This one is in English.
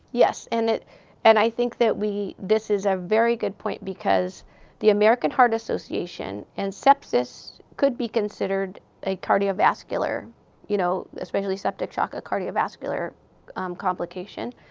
yes. and and i think that we this is a very good point. because the american heart association and sepsis could be considered a cardiovascular you know, especially septic shock a cardiovascular complication.